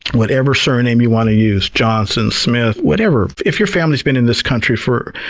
whatever surname you want to use, johnson, smith, whatever, if your family's been in this country for,